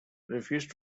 refused